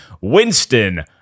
Winston